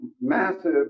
massive